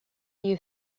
you